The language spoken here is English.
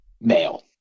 male